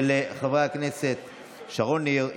של שרון ניר,